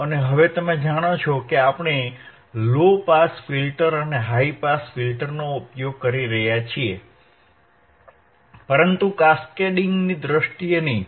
અને હવે તમે જાણો છો કે આપણે લો પાસ ફિલ્ટર અને હાઇ પાસ ફિલ્ટરનો ઉપયોગ કરી રહ્યા છીએ પરંતુ કેસ્કેડીંગ ની દ્રષ્ટિએ નહીં